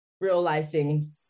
realizing